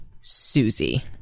Susie